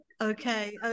Okay